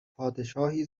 پادشاهی